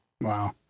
Wow